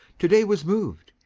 to-day was mov'd.